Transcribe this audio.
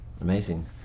Amazing